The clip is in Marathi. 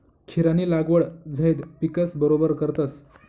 खीरानी लागवड झैद पिकस बरोबर करतस